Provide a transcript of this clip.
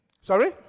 Sorry